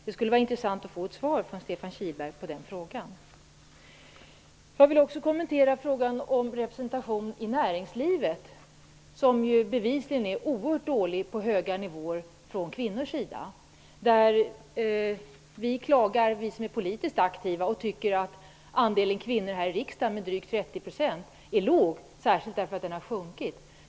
Det skulle vara intressant att få ett svar från Stefan Kihlberg på den frågan. Jag vill också kommentera frågan om kvinnlig representation i näringslivet. Den är ju bevisligen oerhört dålig på höga nivåer. Vi som är politisk aktiva klagar och tycker att andelen kvinnor här i riksdagen, drygt 30 %, är låg. Den har dessutom sjunkit.